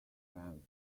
grand